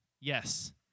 Yes